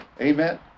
amen